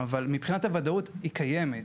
אבל הוודאות קיימת.